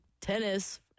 tennis